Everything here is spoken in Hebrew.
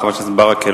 של חבר הכנסת ברכה,